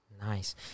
Nice